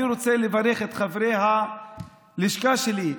אני רוצה לברך את חברי הלשכה שלי,